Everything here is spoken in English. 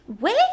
wait